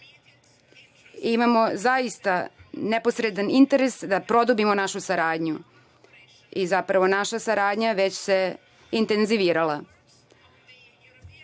zaista neposredan interes da produbimo našu saradnju i zapravo naša saradnja se intenzivirala. Kada